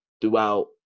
throughout